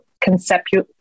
conceptual